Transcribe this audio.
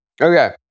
Okay